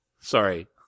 sorry